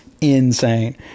insane